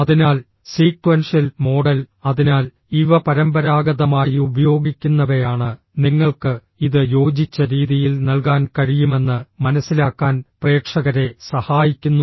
അതിനാൽ sequential model അതിനാൽ ഇവ പരമ്പരാഗതമായി ഉപയോഗിക്കുന്നവയാണ് നിങ്ങൾക്ക് ഇത് യോജിച്ച രീതിയിൽ നൽകാൻ കഴിയുമെന്ന് മനസിലാക്കാൻ പ്രേക്ഷകരെ സഹായിക്കുന്നു